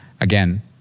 Again